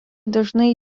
dažnai